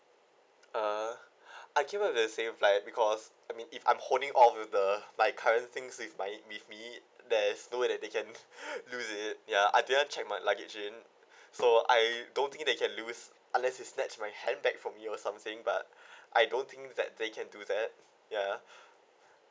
uh I came back with the same flight because I mean if I'm holding of with the my current things with my with me there's no way that they can lose it ya I didn't check my luggage in so I don't think they can lose unless it's snatch my handbag from me or something but I don't think that they can do that ya